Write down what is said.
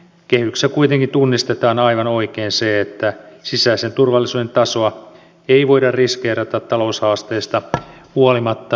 kehyksessä kuitenkin tunnistetaan aivan oikein se että sisäisen turvallisuuden tasoa ei voida riskeerata taloushaasteista huolimatta